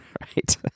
Right